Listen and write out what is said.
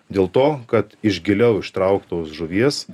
dėl to kad iš giliau ištrauktos žuvies